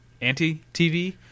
anti-TV